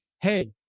Hey